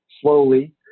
slowly